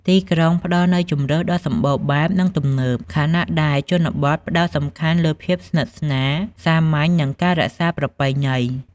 ទីក្រុងផ្ដល់នូវជម្រើសដ៏សម្បូរបែប និងទំនើប ខណៈដែលជនបទផ្ដោតសំខាន់លើភាពស្និទ្ធស្នាល សាមញ្ញ និងការរក្សាប្រពៃណី ។